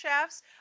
chefs